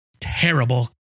terrible